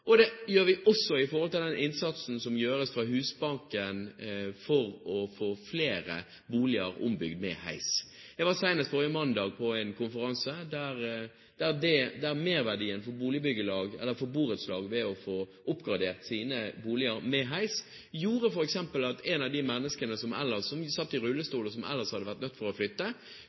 å få flere boliger ombygd med heis. Jeg var senest forrige mandag på en konferanse, der det kom fram at borettslag som får oppgradert sine boliger med heis, får økt sin verdi betraktelig, i tillegg til at et av de menneskene som satt i rullestol, og som ellers måtte ha flyttet, kunne få muligheten til å